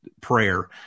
prayer